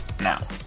now